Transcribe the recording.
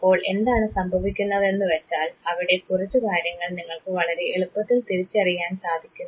അപ്പോൾ എന്താണ് സംഭവിക്കുന്നത് എന്നുവച്ചാൽ അവിടെ കുറച്ചു കാര്യങ്ങൾ നിങ്ങൾക്ക് വളരെ എളുപ്പത്തിൽ തിരിച്ചറിയാൻ സാധിക്കുന്നു